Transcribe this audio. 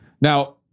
Now